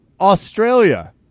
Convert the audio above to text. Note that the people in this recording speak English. Australia